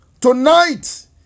Tonight